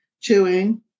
chewing